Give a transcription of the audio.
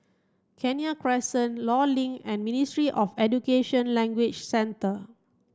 Kenya Crescent Law Link and Ministry of Education Language Centre